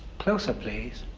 closer, please.